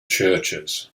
churches